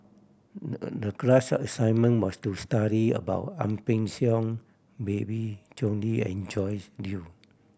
the class assignment was to study about Ang Peng Siong Babe Conde and Joyce Jue